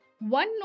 One